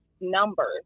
numbers